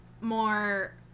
more